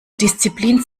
disziplin